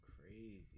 crazy